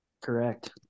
Correct